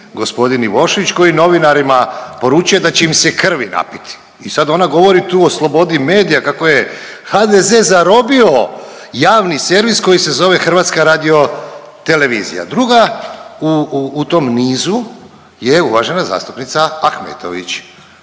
g. Ivošević koji novinarima poručuje da će im se krvi napiti. I sad ona govori tu o slobodi medija kako je HDZ zarobio javni servis koji se zove HRT. Druga u tom nizu je uvažena zastupnica Ahmetović,